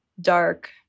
dark